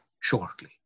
shortly